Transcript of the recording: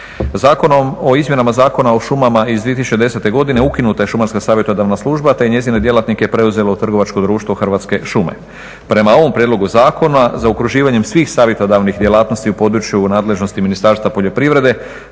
Zakonom o izmjenama Zakona o šumama iz 2010.godine ukinuta je šumarska savjetodavna služba te je njezine djelatnike preuzelo Trgovačko društvo Hrvatske šume. Prema ovom prijedlogu zakona zaokruživanjem svih savjetodavnih djelatnosti u području u nadležnosti Ministarstva poljoprivrede